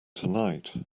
tonight